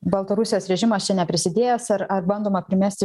baltarusijos režimas čia neprisidėjęs ar ar bandoma primesti